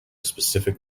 specific